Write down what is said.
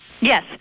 Yes